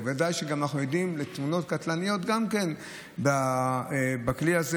ודאי שאנחנו עדים גם לתאונות קטלניות בכלי הזה.